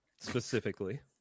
Specifically